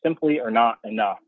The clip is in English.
simply are not enough